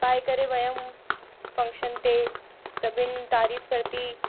पाए करे वियमि फंक्शन ते सभिनि तारीफ़ कई